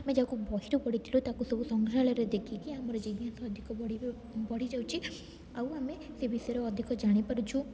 ଆମେ ଯାହାକୁ ବହିରୁ ପଢ଼ିଥିଲୁ ତାକୁ ସବୁ ସଂଗ୍ରହାଳୟରେ ଦେଖିକି ଆମର ଜିଜ୍ଞାସା ଅଧିକ ବଢ଼ିଯାଉଛି ଆଉ ଆମେ ସେ ବିଷୟରେ ଅଧିକ ଜାଣିପାରୁଛୁ